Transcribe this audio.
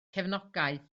cefnogaeth